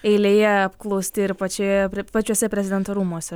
eilėje apklausti ir pačioje pačiuose prezidento rūmuose